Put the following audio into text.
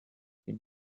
been